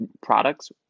products